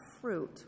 fruit